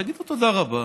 תגידו תודה רבה.